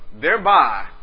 thereby